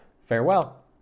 farewell